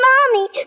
Mommy